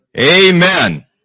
Amen